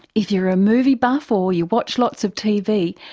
if you're a movie buff or you watch lots of tv,